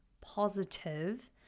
positive